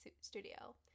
studio